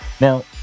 now